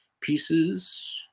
pieces